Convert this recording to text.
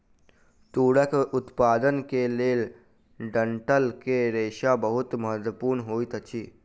तूरक उत्पादन के लेल डंठल के रेशा बहुत महत्वपूर्ण होइत अछि